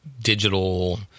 digital